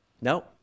No